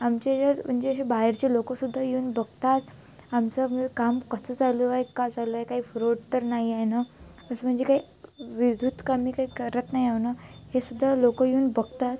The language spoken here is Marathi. आमचे याच्यात म्हणजे असे बाहेरचे लोकंसुद्धा येऊन बघतात आमचं म्हणजे काम कसं चालू आहे का चालू आहे काही फ्रोड तर नाही आहे ना असं म्हणजे काही कमी काही करत नाही आहे नं हे सुद्धा लोकं येऊन बघतात